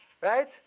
Right